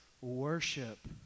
worship